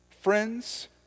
friends